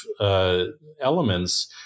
elements